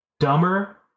Dumber